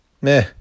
Meh